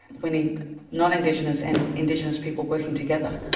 we need non-indigenous and indigenous people working together,